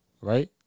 right